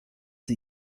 sie